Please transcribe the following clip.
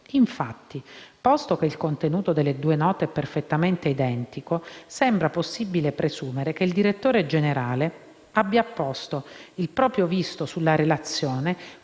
Infatti, posto che il contenuto delle due note è perfettamente identico, sembra possibile presumere che il direttore generale abbia apposto il proprio visto sulla relazione